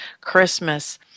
Christmas